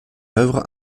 œuvre